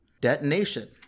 Detonation